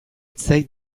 zait